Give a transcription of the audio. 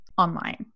online